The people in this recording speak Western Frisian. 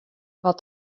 wat